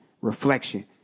reflection